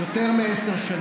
למה לעשות את זה מגזרית?